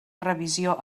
revisió